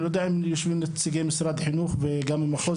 אני לא יודע אם יושבים פה נציגי משרד החינוך מחוז